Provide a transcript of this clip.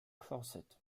closet